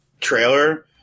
trailer